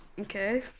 Okay